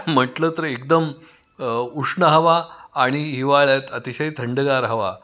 म्हटलं तर एकदम उष्ण हवा आणि हिवाळ्यात अतिशय थंडगार हवा